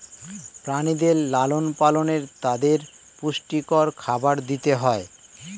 প্রাণীদের লালন পালনে তাদের পুষ্টিকর খাবার দিতে হয়